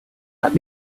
let